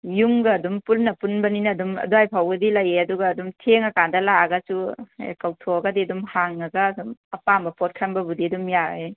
ꯌꯨꯝꯒ ꯑꯗꯨꯝ ꯄꯨꯟꯅ ꯄꯨꯟꯕꯅꯤꯅ ꯑꯗꯨꯝ ꯑꯗ꯭ꯋꯥꯏ ꯐꯥꯎꯕꯗꯤ ꯂꯩꯌꯦ ꯑꯗꯨꯒ ꯑꯗꯨꯝ ꯊꯦꯡꯉ ꯀꯥꯟꯗ ꯂꯑꯒꯁꯨ ꯀꯧꯊꯣꯛꯑꯒꯗꯤ ꯑꯗꯨꯝ ꯍꯥꯡꯉꯒ ꯑꯗꯨꯝ ꯑꯄꯥꯝꯕ ꯄꯣꯠ ꯈꯟꯕꯕꯨꯗꯤ ꯑꯗꯨꯝ ꯌꯥꯏ